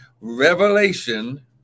revelation